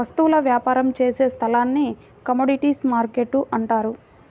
వస్తువుల వ్యాపారం చేసే స్థలాన్ని కమోడీటీస్ మార్కెట్టు అంటారు